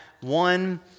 one